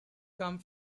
come